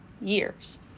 years